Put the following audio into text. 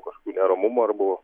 kažkokių neramumų ar buvo